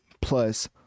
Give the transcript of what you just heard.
plus